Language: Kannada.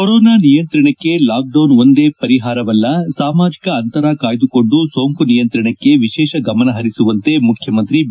ಕೊರೋನಾ ಸೋಂಕು ನಿಯಂತ್ರಣಕ್ಕೆ ಲಾಕ್ಡೌನ್ ಒಂದೇ ಪರಿಹಾರವಲ್ಲ ಸಾಮಾಜಿಕ ಅಂತರ ಕಾಯ್ದುಕೊಂಡು ಸೋಂಕು ನಿಯಂತ್ರಣಕ್ಕೆ ವಿಶೇಷ ಗಮನ ಪರಿಸುವಂತೆ ಮುಖ್ಯಮಂತ್ರಿ ಬಿ